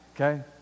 Okay